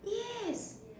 yes